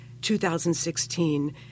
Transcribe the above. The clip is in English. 2016